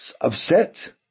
upset